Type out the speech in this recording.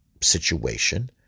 situation